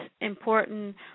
important